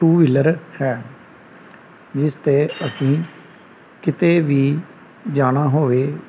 to wheeler ਹੈ ਜਿਸ 'ਤੇ ਅਸੀਂ ਕਿਤੇ ਵੀ ਜਾਣਾ ਹੋਵੇ